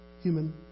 human